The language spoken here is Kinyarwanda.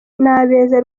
n’abeza